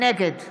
נגד